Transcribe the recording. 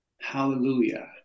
Hallelujah